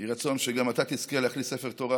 יהי רצון שגם אתה תזכה להכניס ספר תורה